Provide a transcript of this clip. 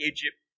Egypt